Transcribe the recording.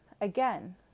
again